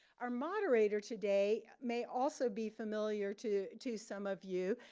our moderator today may also be familiar to to some of you.